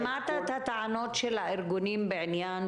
שמעת את טענות הארגונים בעניין